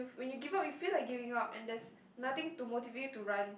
when you give up you feel like giving up and there's nothing to motivate you to run